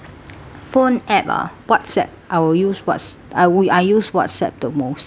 phone app ah whatsapp I will use whats~ I w~e I use whatsapp the most